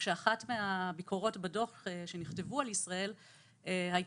אחת הביקורות בדוח שנכתב על ישראל הייתה